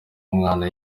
mwana